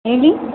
ಹೇಳಿ